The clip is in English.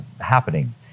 happening